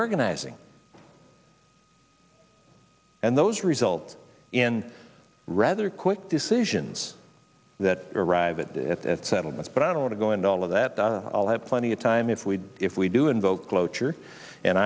organizing and those results in rather quick decisions that arrive at the settlements but i don't want to go into all of that i'll have plenty of time if we if we do invoke cloture